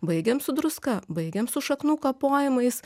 baigiam su druska baigiam su šaknų kapojimais